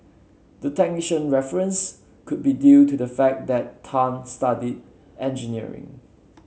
the technician reference could be due to the fact that Tan studied engineering